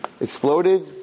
exploded